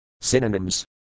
Synonyms